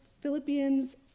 Philippians